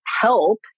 help